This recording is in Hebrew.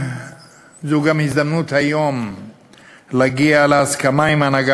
זאת גם הזדמנות היום להגיע להסכמה עם ההנהגה